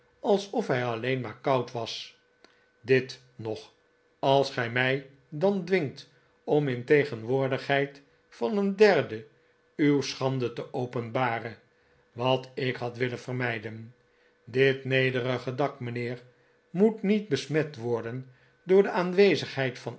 alsof hij alleen maar koud was dit nog als gij mij dan dwingt om in tegenwoordigheid van een derde uw schande te openbaren wat ik had willen vermijden dit nederige dak mijnheer moet niet besmet worden door de aanwezigheid van